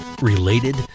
related